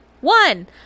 One